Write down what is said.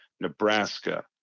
Nebraska